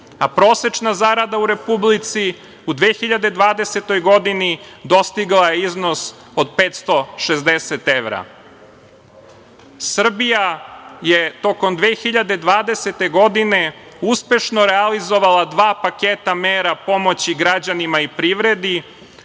Prosečna zarada u Republici u 2020. godini dostigla je iznos od 560 evra. Srbija je tokom 2020. godine uspešno realizovala dva paketa mera pomoći građanima i privredi,